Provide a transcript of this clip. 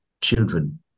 children